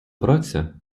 праця